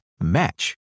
match